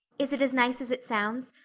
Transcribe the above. is it as nice as it sounds?